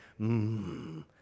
mmm